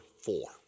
four